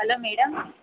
hello madam